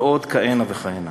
ועוד כהנה וכהנה,